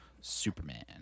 Superman